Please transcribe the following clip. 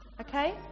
Okay